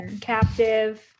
captive